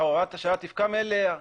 הוראת השעה תפקע מאליה.